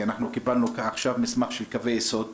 כי אנחנו קיבלנו עכשיו מסמך של קווי יסוד,